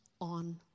on